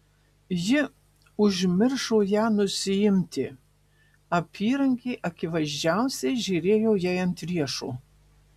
ji užmiršo ją nusiimti apyrankė akivaizdžiausiai žėrėjo jai ant riešo